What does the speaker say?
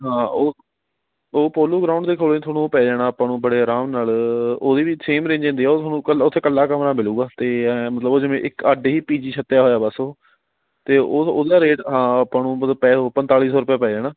ਹਾਂ ਉਹ ਉਹ ਪੋਲੋ ਗਰਾਉਂਡ ਦੇ ਕੋਲ ਤੁਹਾਨੂੰ ਉਹ ਪੈ ਜਾਣਾ ਆਪਾਂ ਨੂੰ ਬੜੇ ਆਰਾਮ ਨਾਲ ਉਹਦੀ ਵੀ ਛੇਮ ਰੇਂਜ ਹੀ ਹੁੰਦੀ ਆ ਉਹ ਤੁਹਾਨੂੰ ਕਲ ਉੱਥੇ ਕੱਲਾ ਕਮਰਾ ਮਿਲੇਗਾ ਅਤੇ ਮਤਲਬ ਉਹ ਜਿਵੇਂ ਇੱਕ ਅੱਡ ਹੀ ਪੀ ਜੀ ਛੱਤਿਆ ਹੋਇਆ ਬਸ ਉਹ ਅਤੇ ਉਹ ਉਹਦਾ ਰੇਟ ਹਾਂ ਆਪਾਂ ਨੂੰ ਮਤਲਬ ਪੈ ਓ ਪੰਤਾਲੀ ਸੌ ਰੁਪਇਆ ਪੈ ਜਾਣਾ